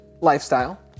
lifestyle